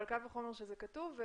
קל וחומר כשזה כתוב.